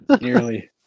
Nearly